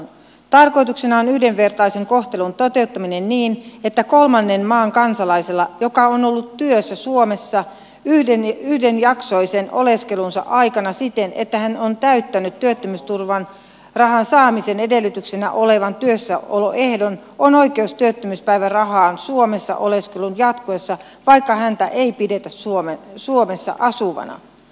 tarkoituksena on yhdenvertaisen kohtelun toteuttaminen niin että kolmannen maan kansalaisella joka on ollut työssä suomessa yhdenjaksoisen oleskelunsa aikana siten että hän on täyttänyt työttömyyspäivärahan saamisen edellytyksenä olevan työssäoloehdon on oikeus työttömyyspäivärahaan suomessa oleskelun jatkuessa vaikka häntä ei pidetä suomessa asuvana